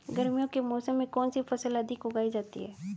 गर्मियों के मौसम में कौन सी फसल अधिक उगाई जाती है?